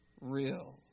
real